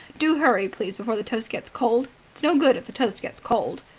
do hurry, please, before the toast gets cold. it's no good if the toast gets cold.